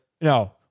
no